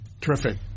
Terrific